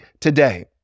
today